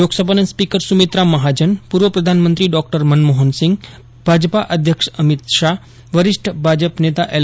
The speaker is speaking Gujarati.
લોકસભાના સ્પીકર સૂમિત્રા મહાજન પૂર્વ પ્રધાનમંત્રી ડોક્ટર મનમોહનસિંગ ભાજપા અધ્યક્ષ અમિત શાહ વરિષ્ઠ ભાજપ નેતા એલ